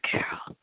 Carol